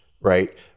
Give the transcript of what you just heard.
right